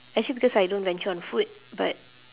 actually because I don't venture on food but